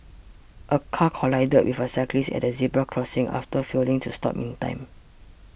a car collided with a cyclist at a zebra crossing after failing to stop in time